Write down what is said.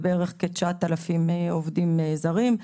בערך כ-9,000 עובדים זרים.